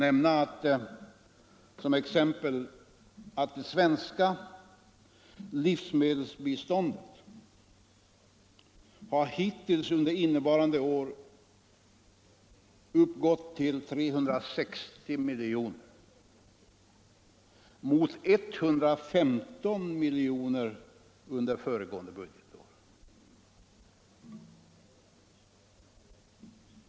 Jag kan som exempel nämna att det svenska livsmedels biståndet hittills under innevarande år har uppgått till 360 miljoner mot 115 miljoner under föregående budgetår.